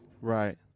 right